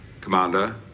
Commander